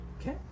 Okay